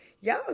y'all